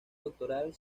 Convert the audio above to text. doctoral